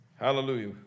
hallelujah